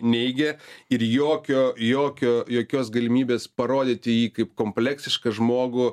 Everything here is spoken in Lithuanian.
neigė ir jokio jokio jokios galimybės parodyti jį kaip kompleksišką žmogų